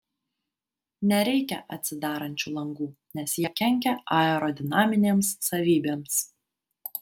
nereikia atsidarančių langų nes jie kenkia aerodinaminėms savybėms